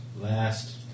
Last